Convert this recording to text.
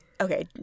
Okay